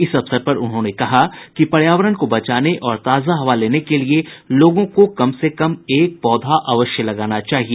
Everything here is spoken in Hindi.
इस अवसर पर उन्होंने कहा कि पर्यावरण को बचाने और ताजा हवा लेने के लिए लोगों को कम से कम एक पौधा अवश्य लगाना चाहिए